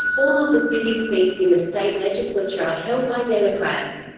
all of the city's seats in the state legislature are held by democrats.